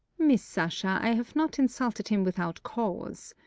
miss sasha, i have not insulted him without cause.